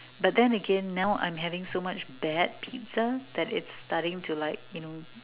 but then again now I'm having so much bad pizza that it's starting to like you know